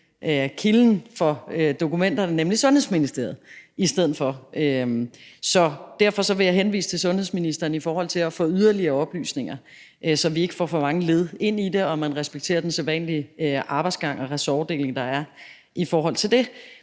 kilden for at få dokumenterne, nemlig Sundhedsministeriet. Derfor vil jeg henvise til sundhedsministeren i forhold til at få yderligere oplysninger, så vi ikke får for mange led ind i det, og så man respekterer den sædvanlige arbejdsgang og ressortfordeling, der er i forhold til det.